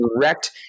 direct